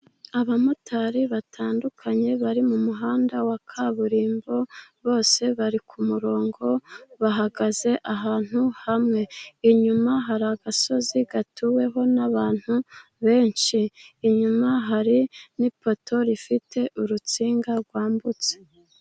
Abamotari batandukanye bari mu muhanda wa kaburimbo, bose bari ku murongo bahagaze ahantu hamwe. Inyuma hari agasozi gatuweho n’abantu benshi, inyuma hari n’ipoto rifite urutsinga rwambutse.